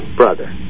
brother